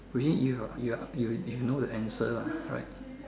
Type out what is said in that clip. between you you you you know the answer lah right